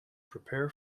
prepare